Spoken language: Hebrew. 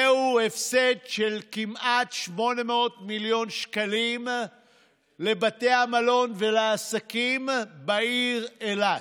זהו הפסד של כמעט 800 מיליון שקלים לבתי המלון ולעסקים בעיר אילת.